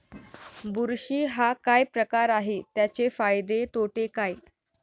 बुरशी हा काय प्रकार आहे, त्याचे फायदे तोटे काय?